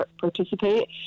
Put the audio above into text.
participate